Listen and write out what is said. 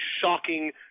shocking